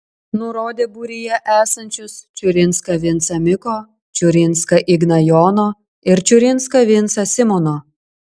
nurodė būryje esančius čiurinską vincą miko čiurinską igną jono ir čiurinską vincą simono